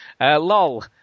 Lol